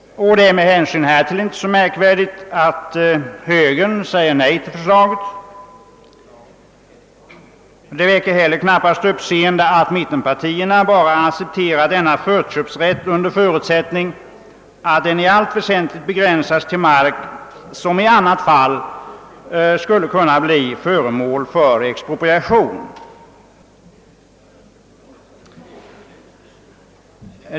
Med hänsyn härtill är det inte så märkvärdigt att högern säger nej till förslaget, och det väcker heller knappast uppseende att mittenpartierna bara accepterar denna förköpsrätt under förutsättning att den i allt väsentligt begränsas till mark, som i annat fall skulle kunna bli föremål för expropriation.